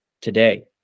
today